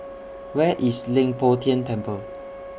Where IS Leng Poh Tian Temple